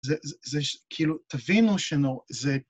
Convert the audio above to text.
זה כאילו, תבינו שנור, זה...